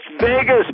Vegas